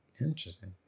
Interesting